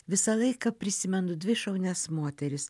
visą laiką prisimenu dvi šaunias moteris